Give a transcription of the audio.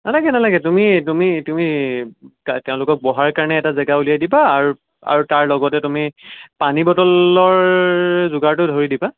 নালাগে নালাগে তুমি তুমি তুমি তেওঁলোকক বহাৰ কাৰণে এটা জেগা উলিয়াই দিবা আৰু আৰু তাৰ লগতে তুমি পানী বটলৰ যোগাৰটো ধৰি দিবা